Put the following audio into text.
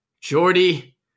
Jordy